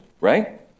right